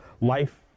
life